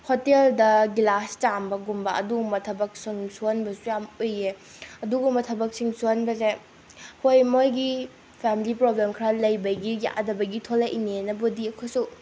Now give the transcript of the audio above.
ꯍꯣꯇꯦꯜꯗ ꯒꯤꯂꯥꯁ ꯆꯥꯝꯕꯒꯨꯝꯕ ꯑꯗꯨꯒꯨꯝꯕ ꯊꯕꯛ ꯁꯨꯝ ꯁꯨꯍꯟꯕꯁꯨ ꯌꯥꯝ ꯎꯏꯌꯦ ꯑꯗꯨꯒꯨꯝꯕ ꯊꯕꯛꯁꯤꯡ ꯁꯨꯍꯟꯕꯁꯦ ꯍꯣꯏ ꯃꯣꯏꯒꯤ ꯐꯦꯝꯂꯤ ꯄ꯭ꯔꯣꯕ꯭ꯂꯦꯝ ꯈꯔ ꯂꯩꯕꯒꯤ ꯌꯥꯗꯕꯒꯤ ꯊꯣꯛꯂꯛꯏꯅꯦꯅꯕꯨꯗꯤ ꯑꯩꯈꯣꯏꯁꯨ